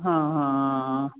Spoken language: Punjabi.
ਹਾਂ ਹਾਂ